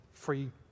free